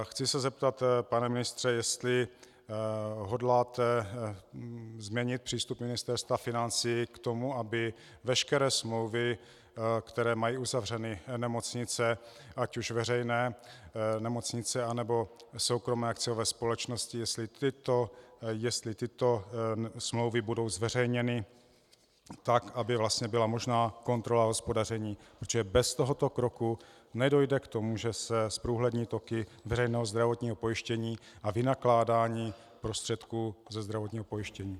Chci se zeptat, pane ministře, jestli hodláte změnit přístup Ministerstva financí k tomu, aby veškeré smlouvy, které mají uzavřeny nemocnice, ať už veřejné nemocnice, nebo soukromé akciové společnosti, jestli tyto smlouvy budou zveřejněny tak, aby byla možná kontrola hospodaření, protože bez tohoto kroku nedojde k tomu, že se zprůhlední toky veřejného zdravotního pojištění a vynakládání prostředků ze zdravotního pojištění.